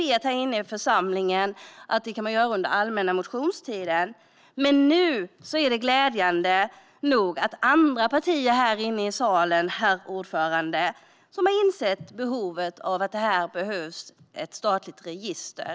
Ni här i församlingen vet att man kan göra det under den allmänna motionstiden. Nu är det glädjande att andra partier här inne i salen, herr talman, har insett behovet av ett statligt register.